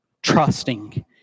trusting